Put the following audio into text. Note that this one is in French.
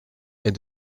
est